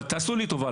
אבל תעשו לי טובה,